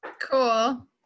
Cool